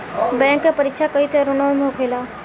bank के परीक्षा कई चरणों में होखेला